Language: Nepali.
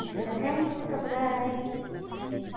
हुन्छ थ्याङ्कयू तपाईँलाई